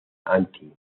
anti